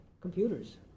computers